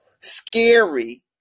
scary